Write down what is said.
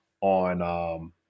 on –